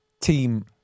team